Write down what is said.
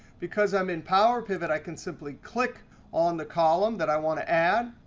because i'm in power pivot, i can simply click on the column that i want to add.